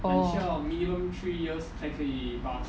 oh